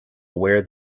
aware